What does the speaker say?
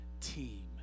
team